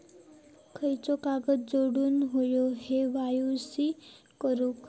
खयचो कागद जोडुक होयो के.वाय.सी करूक?